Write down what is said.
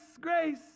grace